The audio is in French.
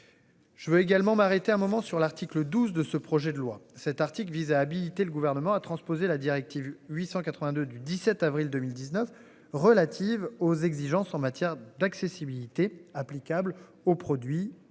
Je veux également m'arrêter un moment sur l'article 12 de ce projet de loi cet article vise à habiliter le gouvernement à transposer la directive 882, du 17 avril 2019 relatives aux exigences en matière d'accessibilité applicable aux produits et